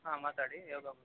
ಹಾಂ ಮಾತಾಡಿ ಯೋಗ ಬಗ್ಗೆ